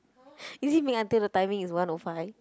is it make until the timing is one O five